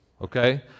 Okay